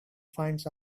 finds